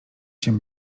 się